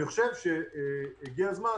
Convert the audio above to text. אני חושב שהגיע הזמן,